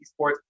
esports